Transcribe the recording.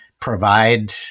provide